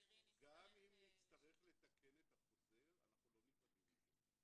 גם אם נצטרך לתקן את החוזר, אנחנו לא נבהלים מזה.